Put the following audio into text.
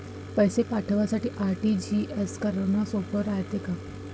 पैसे पाठवासाठी आर.टी.जी.एस करन हेच सोप रायते का?